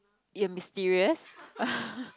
in a mysterious